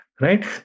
right